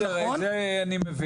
בסדר זה מבין,